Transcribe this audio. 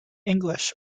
english